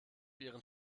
ihren